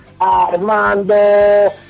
Armando